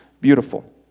beautiful